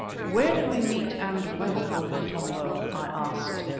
where did we meet, and when, o motombo? i asked.